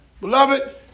Beloved